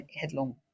headlong